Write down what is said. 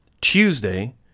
Tuesday